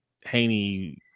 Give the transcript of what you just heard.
Haney